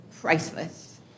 priceless